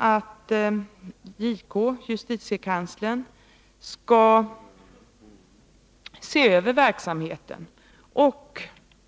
att justitiekanslern skall se över verksamheten.